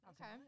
Okay